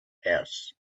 house